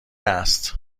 است